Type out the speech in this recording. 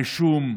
הרישום,